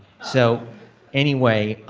so anyway,